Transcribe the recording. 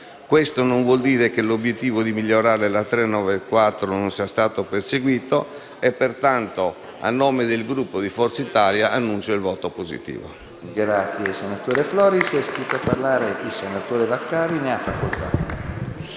Questo non vuole dire che l'obiettivo di migliorare la legge n. 394 non sia stato perseguito e pertanto, a nome del Gruppo di Forza Italia, annuncio il voto favorevole.